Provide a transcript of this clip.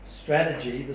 strategy